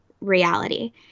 reality